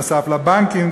נוסף על הבנקים,